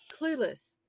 clueless